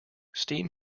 steam